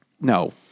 No